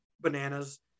bananas